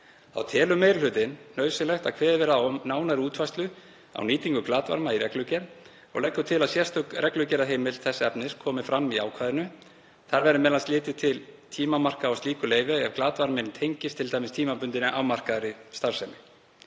Þá telur meiri hlutinn nauðsynlegt að kveðið verði á um nánari útfærslu á nýtingu glatvarma í reglugerð og leggur til að sérstök reglugerðarheimild þess efnis komi fram í ákvæðinu. Þar verði m.a. litið til tímamarka á slíku leyfi ef glatvarminn tengist t.d. tímabundinni afmarkaðri starfsemi.